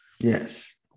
Yes